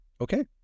Okay